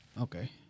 Okay